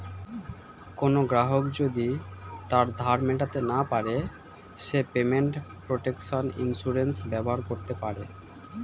কোনো গ্রাহক যদি তার ধার মেটাতে না পারে সে পেমেন্ট প্রটেকশন ইন্সুরেন্স ব্যবহার করতে পারে